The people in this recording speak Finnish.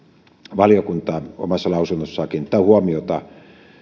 valiokunta omassa lausunnossaan kiinnittää huomiota